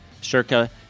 circa